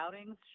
outings